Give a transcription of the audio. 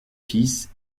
fils